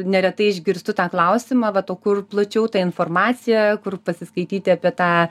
neretai išgirstu tą klausimą vat o kur plačiau ta informacija kur pasiskaityti apie tą